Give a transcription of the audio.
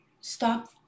stop